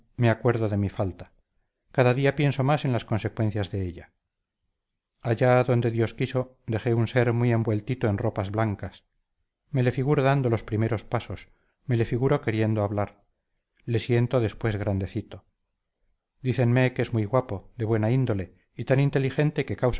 me acuerdo de mi falta cada día pienso más en las consecuencias de ella allá donde dios quiso dejé un ser muy envueltito en ropas blancas me le figuro dando los primeros pasos me le figuro queriendo hablar le siento después grandecito dícenme que es muy guapo de buena índole y tan inteligente que